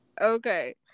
Okay